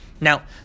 Now